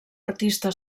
artista